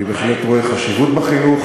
אני בהחלט רואה חשיבות בחינוך,